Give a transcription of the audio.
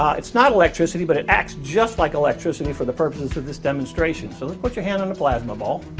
it's not electricity but it acts just like electricity for the purposes of this demonstration. so lets put your hand on the platinum ball